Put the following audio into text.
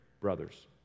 brothers